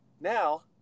now